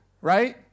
right